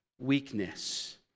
weakness